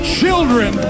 children